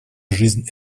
жизнь